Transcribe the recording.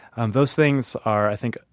and those things are, i think,